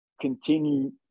continue